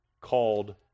called